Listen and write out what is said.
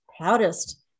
proudest